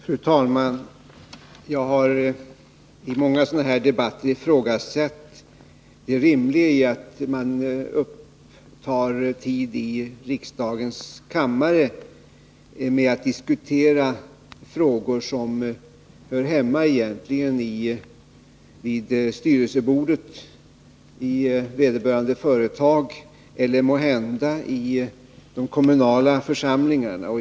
Fru talman! Jag har i många sådana här debatter ifrågasatt det rimliga i att uppta tid i riksdagens kammare med att diskutera frågor som egentligen hör hemma vid styrelsebordet i vederbörande företag eller måhända i de kommunala församlingarna.